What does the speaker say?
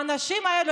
האנשים האלה,